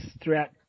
throughout